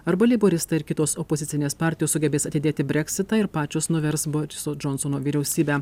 arba leiboristai ir kitos opozicinės partijos sugebės atidėti breksitą ir pačios nuvers boriso džonsono vyriausybę